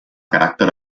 caràcter